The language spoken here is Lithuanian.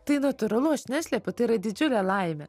tai natūralu aš neslepiu tai yra didžiulė laimė